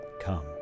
come